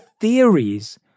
theories